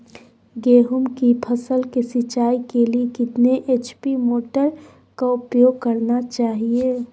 गेंहू की फसल के सिंचाई के लिए कितने एच.पी मोटर का उपयोग करना चाहिए?